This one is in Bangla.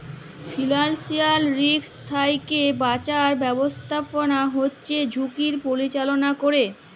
ফিল্যালসিয়াল রিস্ক থ্যাইকে বাঁচার ব্যবস্থাপলা হছে ঝুঁকির পরিচাললা ক্যরে